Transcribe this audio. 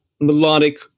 melodic